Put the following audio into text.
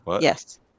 yes